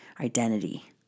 identity